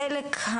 החלק,